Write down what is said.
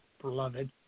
beloved